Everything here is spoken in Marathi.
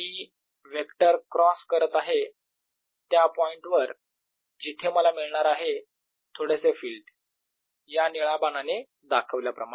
मी वेक्टर क्रॉस करत आहे त्या पॉईंटवर जिथे मला मिळणार आहे थोडेसे फिल्ड या निळ्या बाणाने दाखवल्याप्रमाणे